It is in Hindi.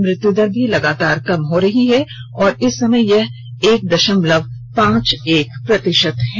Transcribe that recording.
मृत्युदर भी लगातार कम हो रही है और इस समय यह एक दशमलव पांच एक प्रतिशत है